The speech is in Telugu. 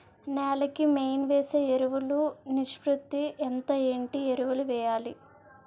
నేల కి మెయిన్ వేసే ఎరువులు నిష్పత్తి ఎంత? ఏంటి ఎరువుల వేయాలి?